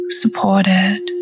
supported